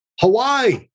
Hawaii